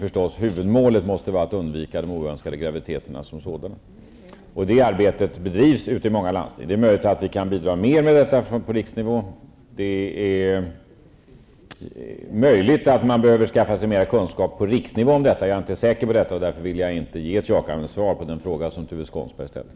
Huvudmålet måste förstås vara att undvika oönskade graviditeter som sådana. Det arbetet bedrivs i många landsting. Det är möjligt att vi kan bidra mer till detta på riksnivå. Det är möjligt att man behöver skaffa sig mer kunskap på riksnivå om detta, men jag är inte säker på detta. Därför vill jag inte ge ett jakande svar på den fråga som Tuve Skånberg ställde.